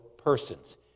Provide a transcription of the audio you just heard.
persons